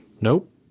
Nope